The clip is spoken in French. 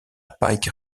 pike